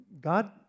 God